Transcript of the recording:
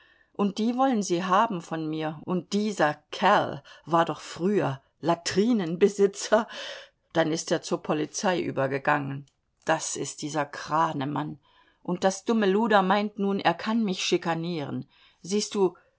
und die wollen sie haben von mir und dieser kerl war doch früher latrinenbesitzer dann ist er zur polizei übergegangen das ist dieser kranemann und das dumme luder meint nun er kann mich schikanieren siehst du